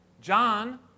John